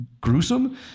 gruesome